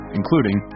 including